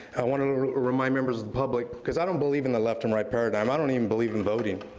i wanna remind members of the public, because i don't believe in the left and right paradigm. i don't even believe in voting.